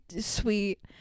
sweet